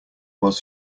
was